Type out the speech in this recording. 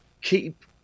keep